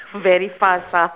very fast ah